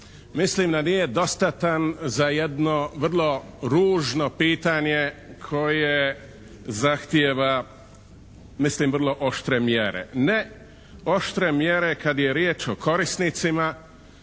mislim d nije dostatan za jedno vrlo ružno pitanje koje zahtjeva mislim vrlo oštre mjere. Ne oštre mjere kada je riječ o korisnicima